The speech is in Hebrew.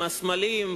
עם הסמלים,